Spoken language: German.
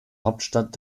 hauptstadt